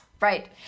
Right